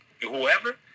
whoever